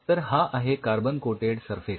तर हा आहे कार्बन कोटेड सरफेस